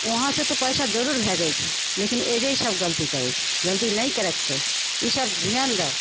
वहाँ से तऽ पइसा जरूर भेजै छै लेकिन एहिजे ईसब गलती करै छै गलती नहि करैके चाही ईसब धिआन दौ